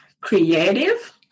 creative